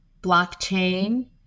blockchain